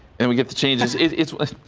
and we get the changes its us.